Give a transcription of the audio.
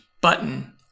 button